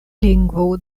lingvo